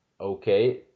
Okay